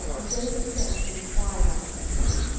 and david sent and enquired after the woman.